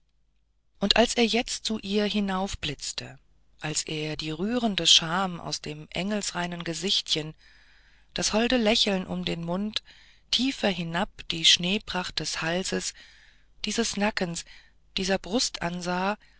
und als er jetzt zu ihr hinaufblinzelte als er die rührende scham aus dem engelreinen gesichtchen das holde lächeln um den mund tiefer hinab die schneepracht des halses dieses nackens dieser